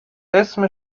اسم